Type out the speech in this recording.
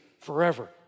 forever